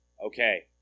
okay